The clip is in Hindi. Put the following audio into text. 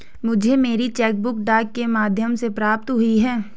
मुझे मेरी चेक बुक डाक के माध्यम से प्राप्त हुई है